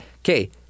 Okay